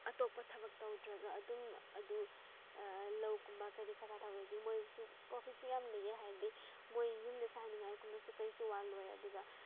ꯑꯇꯣꯞꯄ ꯊꯕꯛ ꯇꯧꯗ꯭ꯔꯒ ꯑꯗꯨꯝ ꯑꯗꯨ ꯂꯧ ꯀꯨꯝꯕ ꯀꯔꯤ ꯀꯔꯥ ꯇꯧꯔꯗꯤ ꯃꯣꯏꯕꯨꯁꯨ ꯄ꯭ꯔꯣꯐꯤꯠꯁꯨ ꯌꯥꯝ ꯂꯩꯌꯦ ꯍꯥꯏꯕꯗꯤ ꯃꯣꯏ ꯌꯨꯝꯗ ꯆꯥꯅꯤꯡꯉꯥꯏꯒꯨꯝꯕꯁꯨ ꯀꯔꯤꯁꯨ ꯋꯥꯠꯂꯣꯏ ꯑꯗꯨꯒ